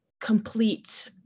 complete